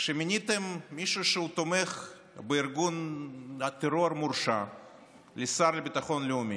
כשמיניתם מישהו שהורשע בתמיכה בארגון טרור לשר לביטחון לאומי,